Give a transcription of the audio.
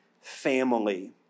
family